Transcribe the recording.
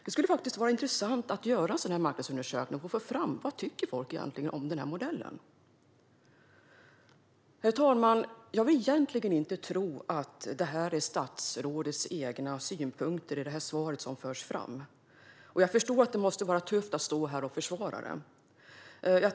Det skulle faktiskt vara intressant att göra en sådan marknadsundersökning för att få fram vad folk egentligen tycker om denna modell. Herr talman! Jag vill inte tro att det är statsrådets egna synpunkter som förs fram i svaret, och jag förstår att det måste vara tufft att stå här och försvara detta.